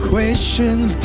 questions